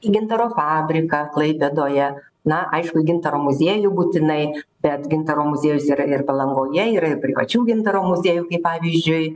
į gintaro fabriką klaipėdoje na aišku gintaro muziejų būtinai bet gintaro muziejus yra ir palangoje yra ir privačių gintaro muziejų kaip pavyzdžiui